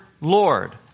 Lord